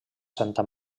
santa